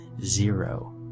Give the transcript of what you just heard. zero